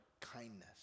kindness